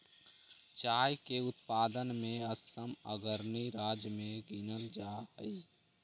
चाय के उत्पादन में असम अग्रणी राज्य में गिनल जा हई